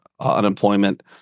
unemployment